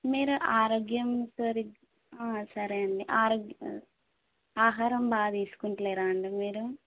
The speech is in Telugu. మీరు ఆరోగ్యం సరిగా సరే అండి ఆరోగ్యం ఆహారం బాగా తీసుకుంటలేరా అండి మీరు